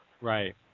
Right